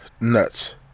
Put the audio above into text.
nuts